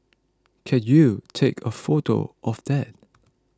can you take a photo of that